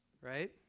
right